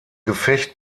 gefecht